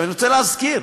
אני רוצה להזכיר: